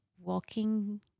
walking